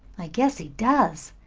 i guess he does.